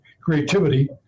creativity